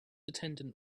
attendant